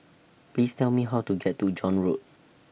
Please Tell Me How to get to John Road